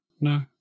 No